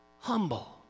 humble